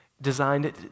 designed